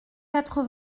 quatre